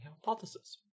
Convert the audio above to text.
hypothesis